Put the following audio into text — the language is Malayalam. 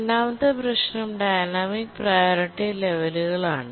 രണ്ടാമത്തെ പ്രശ്നം ഡൈനാമിക് പ്രിയോറിറ്റി ലെവലുകൾ ആണ്